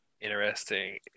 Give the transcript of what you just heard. Interesting